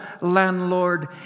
landlord